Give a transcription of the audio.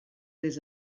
des